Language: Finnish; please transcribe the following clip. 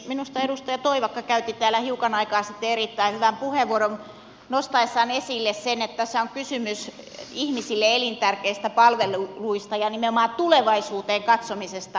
minusta edustaja toivakka käytti täällä hiukan aikaa sitten erittäin hyvän puheenvuoron nostaessaan esille sen että tässä on kysymys ihmisille elintärkeistä palveluista ja nimenomaan tulevaisuuteen katsomisesta